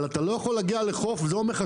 אבל אתה לא יכול להגיע לחוף וזה אומר לך